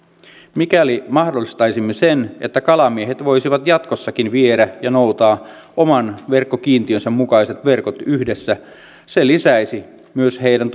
mikäli mahdollistaisimme sen että kalamiehet voisivat jatkossakin viedä ja noutaa oman verkkokiintiönsä mukaiset verkot yhdessä se lisäisi myös heidän